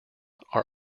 are